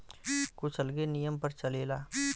कुछ अलगे नियम पर चलेला